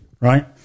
right